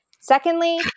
Secondly